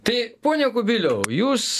tai pone kubiliau jūs